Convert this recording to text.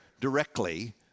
directly